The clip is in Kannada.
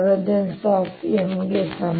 M ಗೆ ಸಮ